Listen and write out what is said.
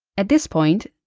at this point,